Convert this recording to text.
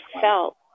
felt